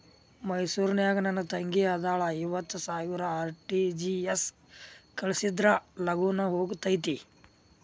ಮೈಸೂರ್ ನಾಗ ನನ್ ತಂಗಿ ಅದಾಳ ಐವತ್ ಸಾವಿರ ಆರ್.ಟಿ.ಜಿ.ಎಸ್ ಕಳ್ಸಿದ್ರಾ ಲಗೂನ ಹೋಗತೈತ?